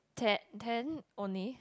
te~ ten only